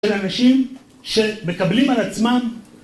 ‫של אנשים שמקבלים על עצמם...